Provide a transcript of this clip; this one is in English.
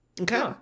Okay